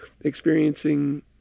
experiencing